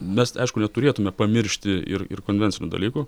mes aišku neturėtume pamiršti ir ir konvencinių dalykų